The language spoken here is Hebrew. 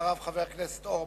אחריו, חבר הכנסת אורבך.